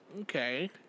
Okay